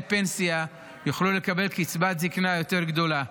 פנסיה יוכלו לקבל קצבת זקנה יותר גדולה.